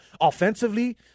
Offensively